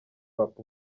hop